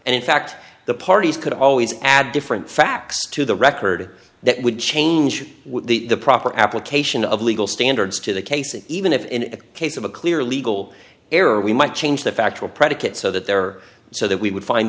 and in fact the parties could always add different facts to the record that would change the proper application of legal standards to the case and even if in a case of a clear legal error we might change the factual predicate so that there so that we would find